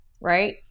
right